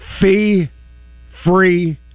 fee-free